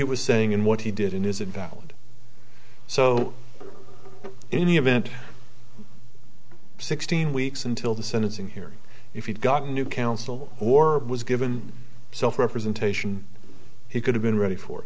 was saying and what he did in his invalid so in any event sixteen weeks until the sentencing hearing if you've got new counsel or was given self representation he could have been ready for it